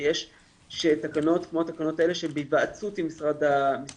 ויש שתקנות כמו התקנות האלה שהם בהיוועצות עם משרד האוצר.